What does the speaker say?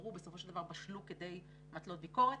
שהועברו בסופו של דבר בשלו כדי מטלות ביקורת.